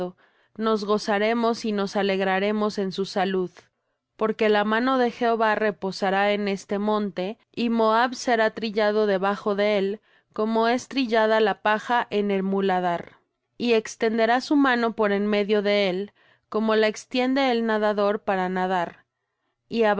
nos gozaremos y nos alegraremos en su salud porque la mano de jehová reposará en este monte y moab será trillado debajo de él como es trillada la paja en el muladar y extenderá su mano por en medio de él como la extiende el nadador para nadar y